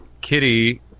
Kitty